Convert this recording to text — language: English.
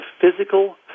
physical